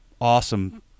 awesome